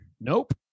Nope